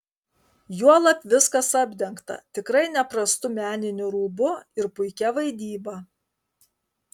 juolab viskas apdengta tikrai neprastu meniniu rūbu ir puikia vaidyba